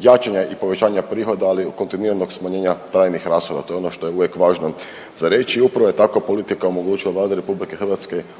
jačanja i povećanja prihoda, ali i kontinuiranog smanjenja trajnih rashoda. To je ono što je uvijek važno za reći i upravo je takva politika omogućila Vladi RH